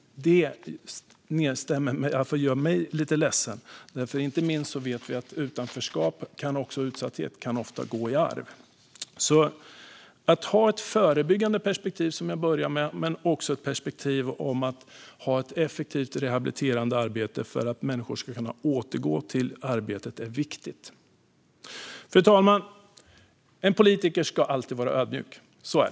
Det gör mig lite ledsen. Vi vet ju att utanförskap och utsatthet ofta kan gå i arv. Att ha ett förebyggande perspektiv, som jag började med, är alltså viktigt, liksom ett effektivt rehabiliterande arbete för att människor ska kunna återgå till arbetet. Fru talman! En politiker ska alltid vara ödmjuk.